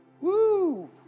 Woo